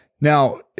Now